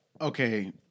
Okay